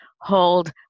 hold